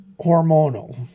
hormonal